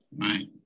Right